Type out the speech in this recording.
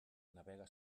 navega